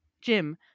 Jim